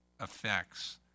effects